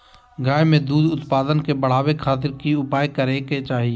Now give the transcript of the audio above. गाय में दूध उत्पादन के बढ़ावे खातिर की उपाय करें कि चाही?